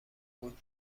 بود